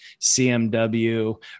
CMW